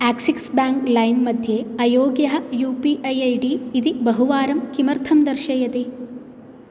Axis bank लैम्मध्ये अयोग्यः U P I ID इति बहुवारं किमर्थं दर्शयति